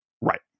Right